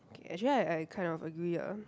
okay actually I I kind of agree ah